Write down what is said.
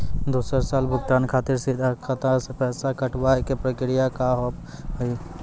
दोसर साल भुगतान खातिर सीधा खाता से पैसा कटवाए के प्रक्रिया का हाव हई?